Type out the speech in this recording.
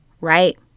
right